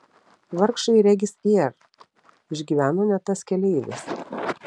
vargšai regis air išgyveno ne tas keleivis